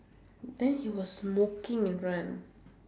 then he was smoking in front